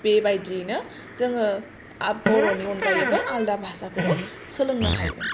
बेबादियैनो जोङो बरनि अनगायैबो आलादा भासाखौबो सोलोंनो हायो